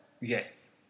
yes